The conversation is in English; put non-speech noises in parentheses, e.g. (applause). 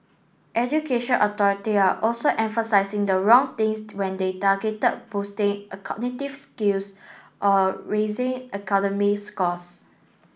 education authority are also emphasising the wrong things when they targeted boosting (unintelligible) cognitive skills or raising academic scores